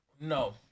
No